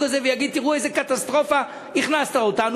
הזה ויגיד: תראו לאיזה קטסטרופה הכנסת אותנו.